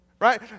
right